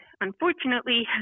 unfortunately